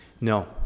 No